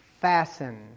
fasten